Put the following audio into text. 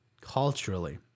culturally